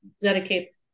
dedicates